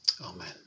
Amen